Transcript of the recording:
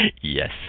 Yes